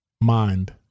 mind